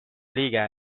liige